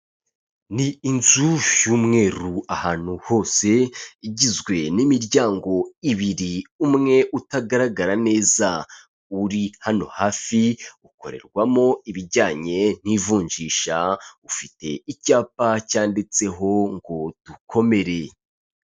Ni inzu y'umweru ahantu hose, igizwe n'imiryango ibiri, umwe utagaragara neza, uri hano hafi ukorerwamo ibijyanye n'ivunjisha, ufite icyapa cyanditseho ngo dukomere.